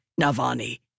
Navani